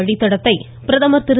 வழித்தடத்தை பிரதமர் திரு